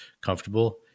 comfortable